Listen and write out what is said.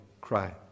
cry